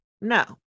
No